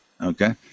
Okay